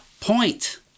point